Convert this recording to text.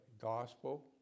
gospel